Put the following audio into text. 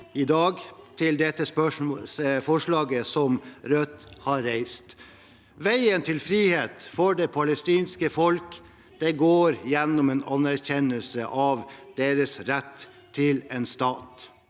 i dag til det forslaget som Rødt har reist. Veien til frihet for det palestinske folket går gjennom en anerkjennelse av deres rett til en stat.